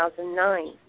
2009